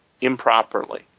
improperly